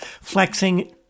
flexing